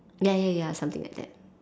ya ya ya something like that